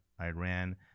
Iran